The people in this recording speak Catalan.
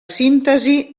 síntesi